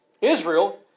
Israel